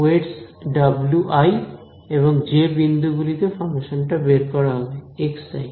weights wi এবং যে বিন্দু গুলিতে ফাংশন টা বের করা হবে xi